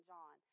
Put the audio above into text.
John